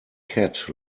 cat